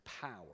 power